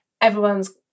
everyone's